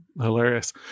Hilarious